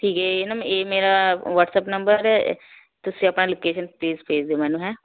ਠੀਕ ਹੈ ਇਹ ਨਾ ਇਹ ਮੇਰਾ ਵਾਸਟਐਪ ਨੰਬਰ ਹੈ ਤੁਸੀਂ ਆਪਣਾ ਲੌਕੇਸ਼ਨ ਪਲੀਸ ਭੇਜ ਦਿਓ ਮੈਨੂੰ ਹੈਂ